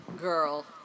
girl